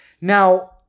Now